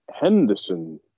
Henderson